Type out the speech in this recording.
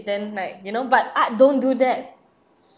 then like you know but art don't do that